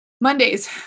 Mondays